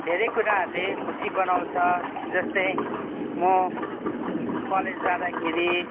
धेरै कुराहरूले खुसी बनाउँछ जस्तै म कलेज जादाँखेरि